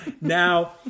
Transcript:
Now